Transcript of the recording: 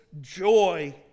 joy